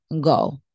go